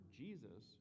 jesus